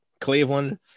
cleveland